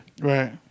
Right